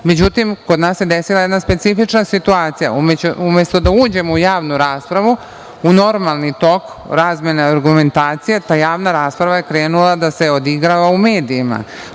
međutim, kod nas se desila jedna specifična situacija, umesto da uđemo u javnu raspravu, u normalni tok razmene argumentacije, ta javna rasprava je krenula da se odigrava u medijima,